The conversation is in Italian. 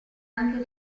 anche